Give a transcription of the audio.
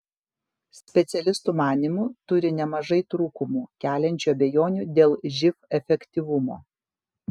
specialistų manymu turi nemažai trūkumų keliančių abejonių dėl živ efektyvumo